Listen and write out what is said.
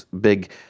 big